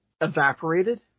evaporated